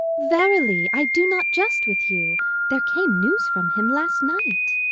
verily, i do not jest with you there came news from him last night.